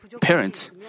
parents